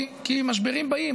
כי משברים באים,